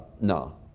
No